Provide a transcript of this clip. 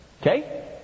Okay